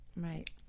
Right